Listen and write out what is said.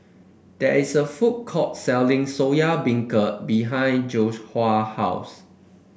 there is a food court selling Soya Beancurd behind Joshuah house